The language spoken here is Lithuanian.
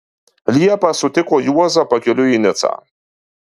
liepą sutiko juozą pakeliui į nicą